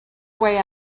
way